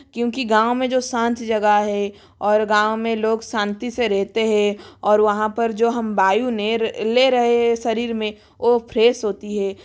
क्योंकि गाँव में जो शांत जगह है और गाँव में लोग शांति से रहते है और वहाँ पर जो हम वायु ले रहे है शरीर में वो फ्रेस होती है